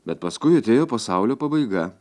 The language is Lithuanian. bet paskui atėjo pasaulio pabaiga